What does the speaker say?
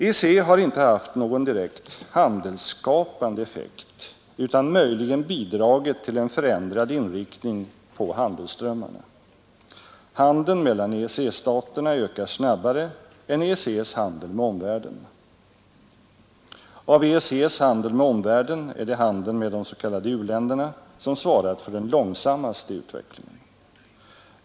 EEC har inte haft någon direkt handelsskapande effekt utan möjligen bidragit till en förändrad inriktning på handelsströmmarna. Handeln mellan EEC-staterna ökar snabbare än EEC:s handel med omvärlden. Av EEC:s handel med omvärlden är det handeln med de s.k. u-länderna som a tendenser i svarat för den långsammaste utvecklingen.